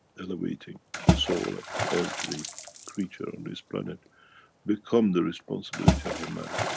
elevating the soul of every creature on this planet become the responsibility of a man.